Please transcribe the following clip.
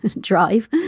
drive